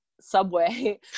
subway